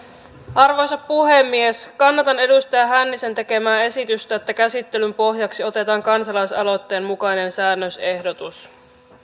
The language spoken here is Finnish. arvoisa puhemies kannatan edustaja hännisen tekemää esitystä että käsittelyn pohjaksi otetaan kansalaisaloitteen mukainen säännösehdotus